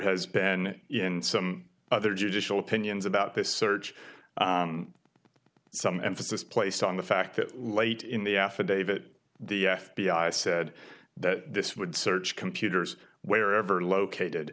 has been in some other judicial opinions about this search some emphasis placed on the fact that late in the affidavit the f b i said that this would search computers wherever located